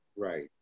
Right